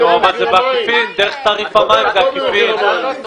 בעקיפין זה יהיה ממחיר המים.